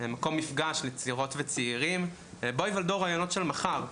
מקום מפגש לצעירות וצעירים ובו ייוולדו הרעיונות של מחר.